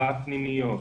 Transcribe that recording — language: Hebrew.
בפנימיות,